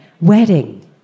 wedding